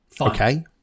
Okay